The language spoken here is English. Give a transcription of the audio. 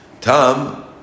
Tom